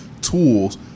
tools